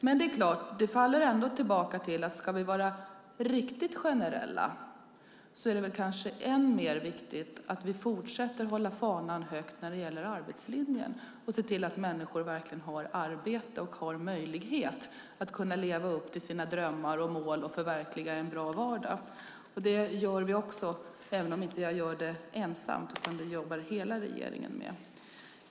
Men det är klart att det ändå faller tillbaka på att om vi ska vara riktigt generella är det kanske än mer viktigt att vi fortsätter att hålla fanan högt när det gäller arbetslinjen och ser till att människor verkligen har arbete och har möjlighet att leva upp till sina drömmar och mål och förverkliga en bra vardag. Det gör vi också, även om jag inte gör det ensam, utan det jobbar hela regeringen med.